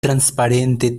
transparente